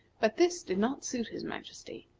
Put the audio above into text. but this did not suit his majesty.